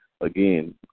again